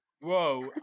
whoa